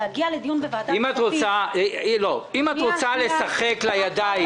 וכעת להגיע לדיון בוועדת הכספים --- אם את רוצה לשחק לידיים